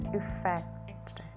effect